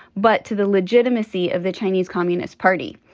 but to the legitimacy of the chinese communist party.